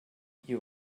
you